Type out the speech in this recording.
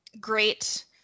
great